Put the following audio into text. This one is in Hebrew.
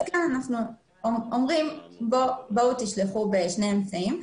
אנחנו אומרים בואו תשלחו בשני אמצעים.